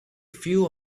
few